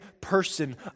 person